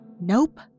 Nope